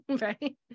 Right